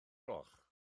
gloch